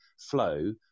flow